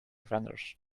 vendors